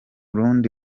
rundi